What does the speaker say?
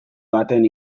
baten